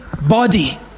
body